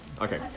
Okay